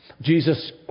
Jesus